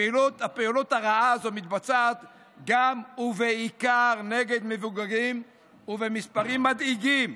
הפעילות הרעה הזאת מתבצעת גם ובעיקר נגד מבוגרים ובמספרים מדאיגים.